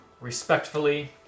respectfully